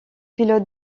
pilotes